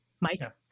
Mike